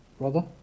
brother